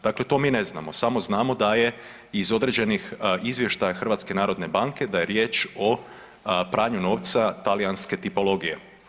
Dakle, to mi ne znamo, samo znamo da je iz određenih izvještaja HNB-a da je riječ o pranju novca talijanske tipologije.